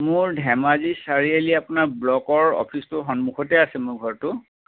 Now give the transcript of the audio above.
মোৰ ধেমাজি চাৰিআলি আপোনাৰ ব্লকৰ অফিছটোৰ সন্মুখতে আছে মোৰ ঘৰটো